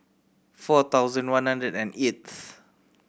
four thousand one hundred and eighth